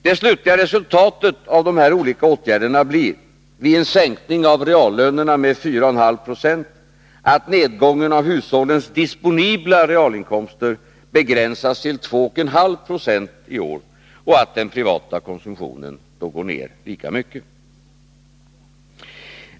Det slutliga resultatet av alla dessa olika åtgärder blir, vid en sänkning av reallönerna med 4,5 260, att nedgången av hushållens disponibla realinkomster begränsas till 2,5 96 i år och att den privata konsumtionen går ner lika mycket.